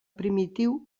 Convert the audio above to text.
primitiu